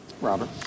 Robert